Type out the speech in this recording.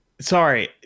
sorry